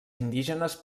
indígenes